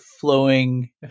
flowing